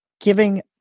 giving